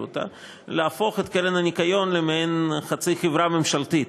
אותה ולהפוך אותה למעין חצי חברה ממשלתית,